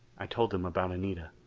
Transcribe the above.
i told him about anita.